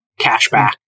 cashback